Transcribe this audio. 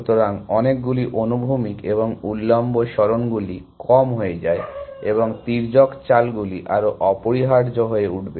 সুতরাং অনেকগুলি অনুভূমিক এবং উল্লম্ব সরণগুলি কম হয়ে যায় এবং তির্যক চালগুলি আরও অপরিহার্য হয়ে উঠবে